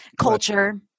culture